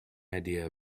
idea